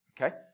okay